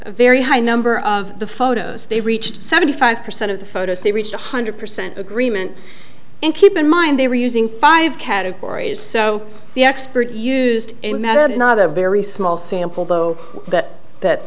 a very high number of the photos they reached seventy five percent of the photos they reached one hundred percent agreement and keep in mind they were using five categories so the expert used a murder not a very small sample though that